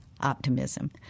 optimism